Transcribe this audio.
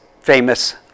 famous